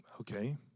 Okay